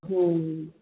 ਹੂੰ